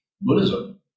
Buddhism